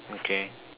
okay